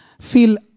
feel